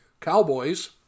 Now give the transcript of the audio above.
Cowboys